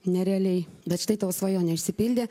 nerealiai bet štai tavo svajonė išsipildė